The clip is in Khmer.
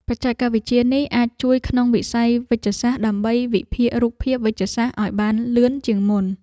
បច្ចេកវិទ្យានេះអាចជួយក្នុងវិស័យវេជ្ជសាស្ត្រ ដើម្បីវិភាគរូបភាពវេជ្ជសាស្ត្រឱ្យបានលឿនជាងមុន។